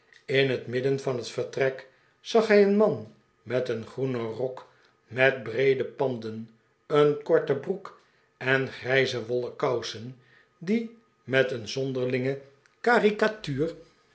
in het midden van het vertrek zag hij een man met een groenen rok met breede panden een korte broek en grijze wollen kousen die met een zonderlinge caricatuur